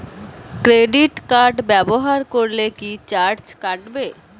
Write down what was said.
Credit card ব্যাবহার করলে কি চার্জ কাটবে?